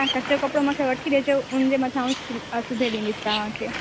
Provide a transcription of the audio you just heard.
तव्हां कचो कपिड़ो मूंखे वठी ॾिजो उन जे मथां सिबी ॾींदी तव्हांखे